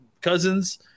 cousins